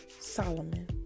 Solomon